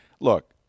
look